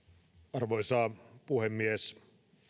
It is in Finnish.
arvoisa puhemies